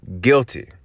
guilty